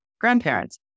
grandparents